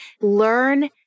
Learn